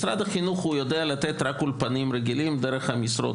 משרד החינוך יודע לתת רק אולפנים רגילים דרך משרות.